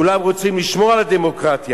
כולם רוצים לשמור על הדמוקרטיה,